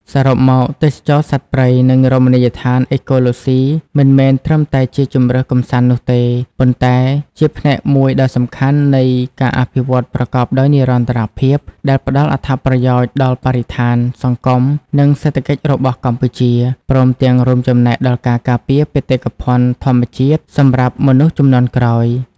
សរុបមក ទេសចរណ៍សត្វព្រៃ និងរមណីយដ្ឋានអេកូឡូស៊ី មិនមែនត្រឹមតែជាជម្រើសកម្សាន្តនោះទេ ប៉ុន្តែជាផ្នែកមួយដ៏សំខាន់នៃការអភិវឌ្ឍប្រកបដោយនិរន្តរភាព ដែលផ្តល់អត្ថប្រយោជន៍ដល់បរិស្ថាន សង្គម និងសេដ្ឋកិច្ចរបស់កម្ពុជា ព្រមទាំងរួមចំណែកដល់ការការពារបេតិកភណ្ឌធម្មជាតិសម្រាប់មនុស្សជំនាន់ក្រោយ។